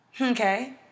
okay